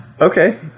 Okay